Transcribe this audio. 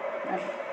आरो